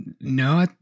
No